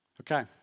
Okay